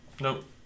Nope